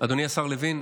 אדוני השר לוין,